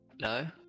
No